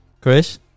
Chris